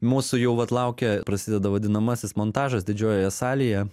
mūsų jau vat laukia prasideda vadinamasis montažas didžiojoje salėje